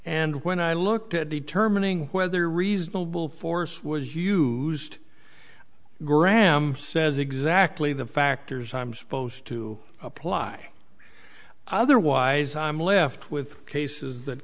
and when i looked at determining whether reasonable force was used graham says exactly the factors i'm supposed to apply otherwise i'm left with cases that